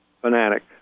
fanatic